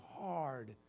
hard